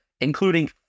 including